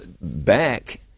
back